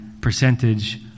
percentage